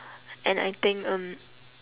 and I think um